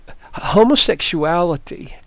Homosexuality